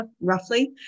roughly